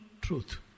truth